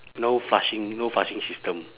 no flushing no flushing system